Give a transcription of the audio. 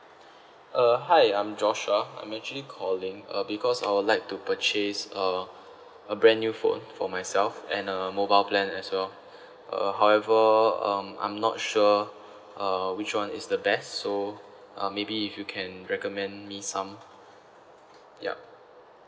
uh hi I'm joshua I'm actually calling uh because I would like to purchase uh a brand new phone for myself and a mobile plan as well uh however um I'm not sure uh which one is the best so uh maybe if you can recommend me some yup